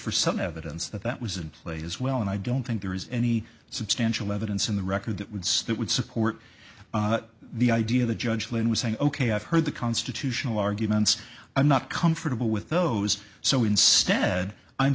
for some evidence that that was in play as well and i don't think there is any substantial evidence in the record that would say that would support the idea the judge lynn was saying ok i've heard the constitutional arguments i'm not comfortable with those so instead i'm